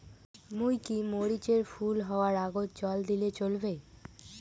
মুই কি মরিচ এর ফুল হাওয়ার আগত জল দিলে চলবে?